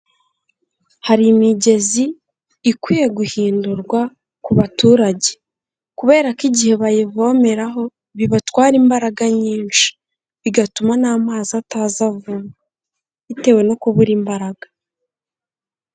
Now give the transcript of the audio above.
Hari imigezi ikwiye guhindurwa ku baturage kubera ko igihe bayivomeraho bibatwara imbaraga nyinshi, bigatuma n'amazi ataza vuba bitewe no kubura imbaraga.